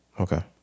Okay